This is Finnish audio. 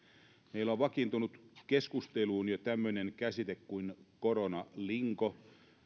meillä on vakiintunut keskusteluun jo tämmöinen käsite kuin koronalinko